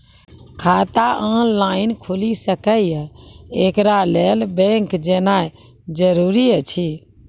खाता ऑनलाइन खूलि सकै यै? एकरा लेल बैंक जेनाय जरूरी एछि?